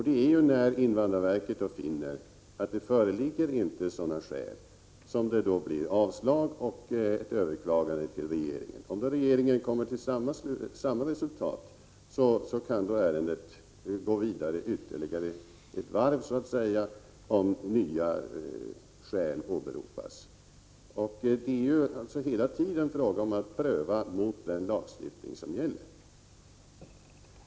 Det är när invandrarverket finner att det inte föreligger sådana skäl som det blir avslag och ett överklagande kanske görs till regeringen. Om regeringen då kommer fram till samma resultat kan ärendet gå vidare ytterligare ett varv, om nya skäl åberopas. Det är hela tiden fråga om att man prövar fallet mot den lagstiftning som gäller.